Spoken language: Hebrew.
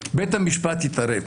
בית המשפט יתערב.